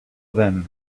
then